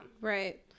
right